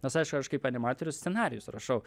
nes aišku aš kaip animatorius scenarijus rašau